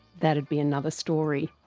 that'd be another story!